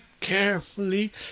carefully